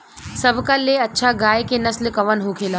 सबका ले अच्छा गाय के नस्ल कवन होखेला?